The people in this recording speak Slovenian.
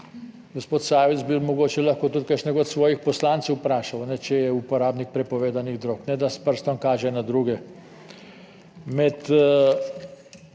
Gospod Sajovic bi mogoče lahko tudi kakšnega od svojih poslancev vprašal, če je uporabnik prepovedanih drog, da s prstom kaže na druge.